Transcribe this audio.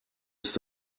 ist